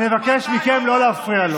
אני מבקש מכם לא להפריע לו.